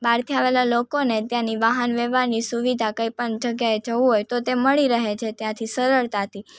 બહારથી આવેલાં લોકોને ત્યાંની વાહન વ્યવહારની સુવિધા કંઈપણ જગ્યાએ જવું હોય તો તે મળી રહે છે ત્યાંથી સરળતાથી